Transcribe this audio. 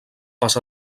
pas